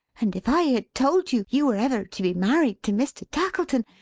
and if i had told you, you were ever to be married to mr. tackleton,